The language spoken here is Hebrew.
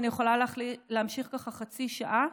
אני יכולה להמשיך ככה חצי שעה.